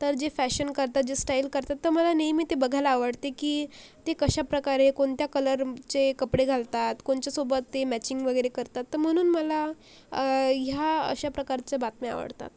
तर जे फॅशन करतात जे स्टाईल करतात तर मला नेहमी ते बघायला आवडते की ते कशाप्रकारे कोणत्या कलरचे कपडे घालतात कोणच्यासोबत ते मॅचिंग वगैरे करतात तर म्हणून मला ह्या अशाप्रकारच्या बातम्या आवडतात